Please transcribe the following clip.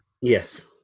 Yes